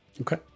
Okay